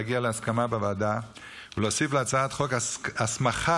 להגיע להסכמה בוועדה ולהוסיף להצעת החוק הסמכה